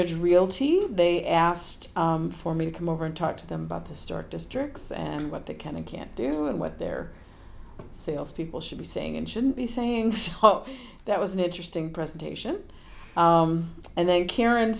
ridge real team they asked for me to come over and talk to them about the start districts and what they can and can't do and what their sales people should be saying and shouldn't be saying well that was an interesting presentation and they karen